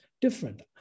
different